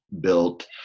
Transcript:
built